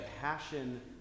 passion